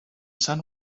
sun